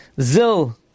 Zil